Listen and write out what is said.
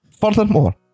Furthermore